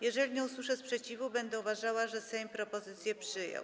Jeżeli nie usłyszę sprzeciwu, będę uważała, że Sejm propozycję przyjął.